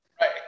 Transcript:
right